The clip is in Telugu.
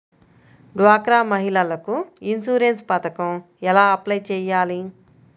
డ్వాక్రా మహిళలకు ఇన్సూరెన్స్ పథకం ఎలా అప్లై చెయ్యాలి?